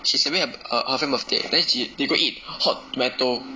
she celebrate her her friend birthday then she then they go eat Hot Tomato